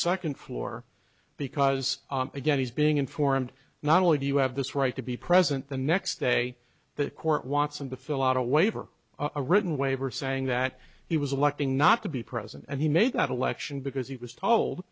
second floor because again he's being informed not only do you have this right to be present the next day the court wants him to fill out a waiver a written waiver saying that he was electing not to be present and he made that election because he was told